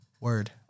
Word